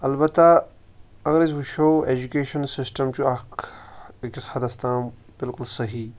البتہ اگر أسۍ وٕچھو اٮ۪جوکیشَن سِسٹَم چھُ اَکھ أکِس حدس تام بلکل صحیح